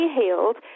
healed